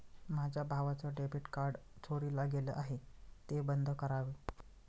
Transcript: माझ्या भावाचं debit card चोरीला गेलं आहे, ते बंद करावे